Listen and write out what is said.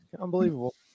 Unbelievable